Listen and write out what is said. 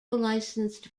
licensed